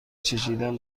چشیدن